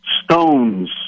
stones